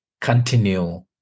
continue